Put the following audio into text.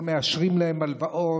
לא מאשרים להם הלוואות,